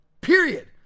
Period